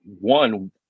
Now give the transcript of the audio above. one